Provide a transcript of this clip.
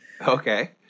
Okay